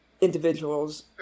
individuals